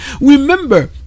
Remember